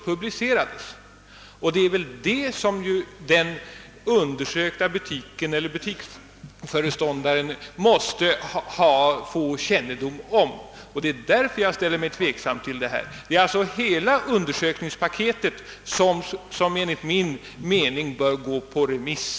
Detta måste den undersökta butiken eller butiksföreståndaren få kännedom om, och det är därför jag ställer mig tveksam. Enligt min mening bör hela undersökningspaketet gå på remiss.